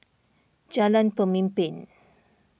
Jalan Pemimpin